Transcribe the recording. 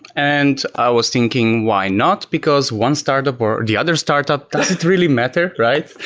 and i was thinking why not, because one startup or the other startup, does it really matter? right?